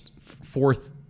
fourth